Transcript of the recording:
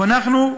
אנחנו,